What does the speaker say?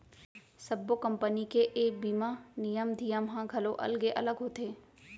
सब्बो कंपनी के ए बीमा नियम धियम ह घलौ अलगे अलग होथे